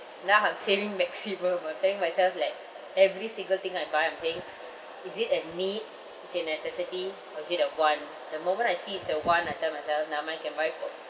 now I'm saving maximum I'm telling myself like every single thing I buy I'm paying is it a need is a necessity or is it a want the moment I see it's a want I tell myself never mind can buy for